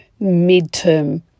midterm